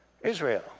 Israel